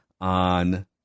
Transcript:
on